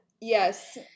Yes